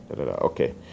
Okay